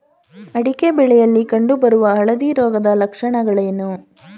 ಅಡಿಕೆ ಬೆಳೆಯಲ್ಲಿ ಕಂಡು ಬರುವ ಹಳದಿ ರೋಗದ ಲಕ್ಷಣಗಳೇನು?